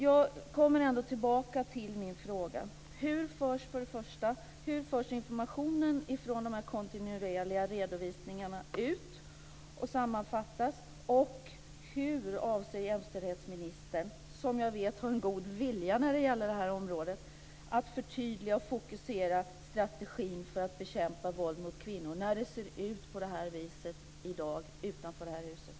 Jag kommer ändå tillbaka till mina frågor: Hur förs informationen från de kontinuerliga redovisningarna ut och sammanfattas? Och hur avser jämställdhetsministern, som jag vet har en god vilja när det gäller det här området, att förtydliga och fokusera strategin för att bekämpa våld mot kvinnor när det ser ut på det här viset i dag utanför det här huset?